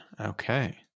okay